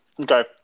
Okay